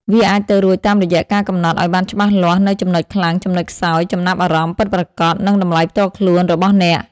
វាអាចទៅរួចតាមរយៈការកំណត់ឱ្យបានច្បាស់លាស់នូវចំណុចខ្លាំង ចំណុចខ្សោយ ចំណាប់អារម្មណ៍ ពិតប្រាកដ និងតម្លៃផ្ទាល់ខ្លួនរបស់អ្នក។